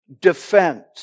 defense